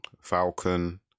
Falcon